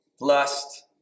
lust